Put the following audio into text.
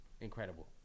incredible